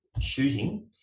shooting